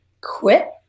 quit